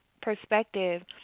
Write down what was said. perspective